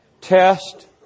test